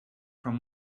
from